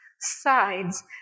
sides